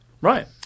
Right